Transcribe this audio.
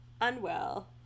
Unwell